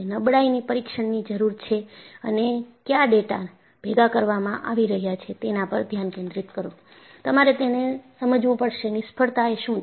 નબળાઈની પરીક્ષણની જરૂરી છે અને કયા ડેટા ભેગા કરવામાં આવી રહ્યા છે તેના પર ધ્યાન કેન્દ્રિત કરો તમારે તેને સમજવું પડશે નિષ્ફળતા એ શું છે